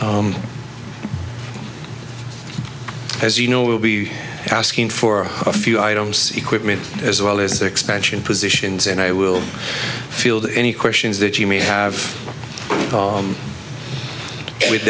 as you know we'll be asking for a few items equipment as well as expansion positions and i will field any questions that you may have with